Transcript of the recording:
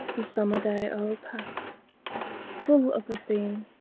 the summer-day o'erpast full of the theme,